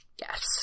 Yes